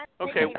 okay